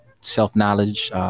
self-knowledge